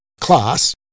class